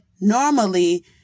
normally